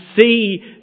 see